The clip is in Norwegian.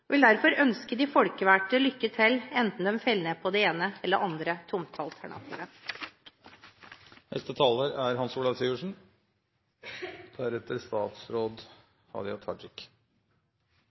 vil derfor ønske de folkevalgte lykke til, enten de faller ned på det ene eller andre